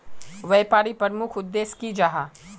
व्यापारी प्रमुख उद्देश्य की जाहा?